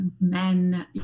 men